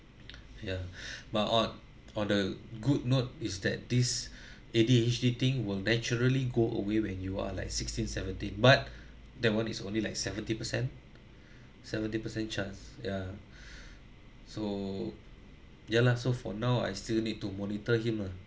ya but odd or the good note is that this A_D_H_D thing will naturally go away when you are like sixteen seventeen but that one is only like seventy percent seventy percent chance ya so ya lah so for now I still need to monitor him lah